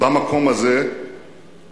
במקום הזה הולכת